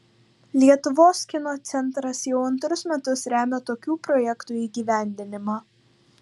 lietuvos kino centras jau antrus metus remia tokių projektų įgyvendinimą